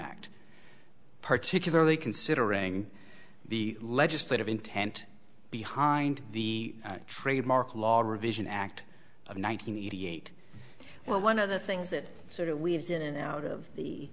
act particularly considering the legislative intent behind the trademark law revision act of one nine hundred eighty eight well one of the things that sort of weaves in and out of the